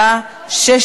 עברה בקריאה